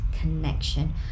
Connection